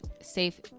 safe